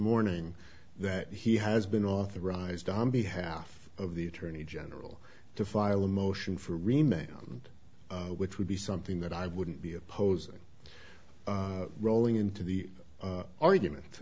morning that he has been authorized on behalf of the attorney general to file a motion for remained which would be something that i wouldn't be opposing rolling into the argument